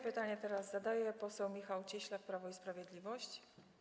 Pytanie teraz zadaje poseł Michał Cieślak, Prawo i Sprawiedliwość.